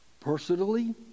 personally